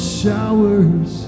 showers